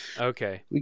Okay